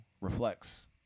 reflects